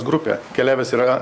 grupė keliavęs yra